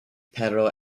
pero